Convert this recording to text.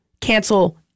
cancel